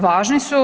Važni su.